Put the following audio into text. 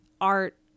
art